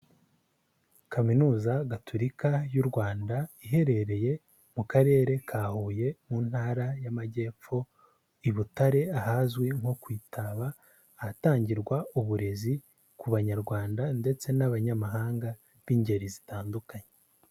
Kaminuza gatolika y'u Rwanda iherereye mu karere ka Huye mu ntara y'Amajyepfo i Butare ahazwi nko ku Itaba, ahatangirwa uburezi ku Banyarwanda ndetse n'abanyamahanga b'ingeri zitandukanye.